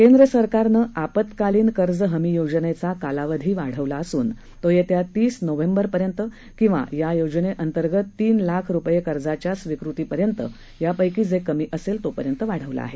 केंद्रसरकारनं आपत्कालीन कर्ज हमी योजनेचा कालावधी वाढवला असून तो येत्या तीस नोव्हेम्बरपर्यंत अथवा या योजनेअंतर्गत तीन लाख रुपये कर्जाच्या स्वीकृती पर्यंत यापछी जे कमी असेल तोपर्यंत वाढवला आहे